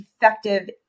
effective